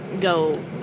Go